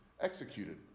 executed